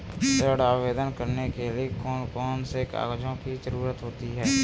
ऋण आवेदन करने के लिए कौन कौन से कागजों की जरूरत होती है?